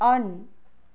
on